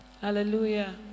Hallelujah